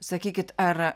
sakykit ar